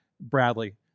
Bradley